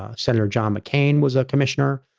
ah senator john mccain was a commissioner,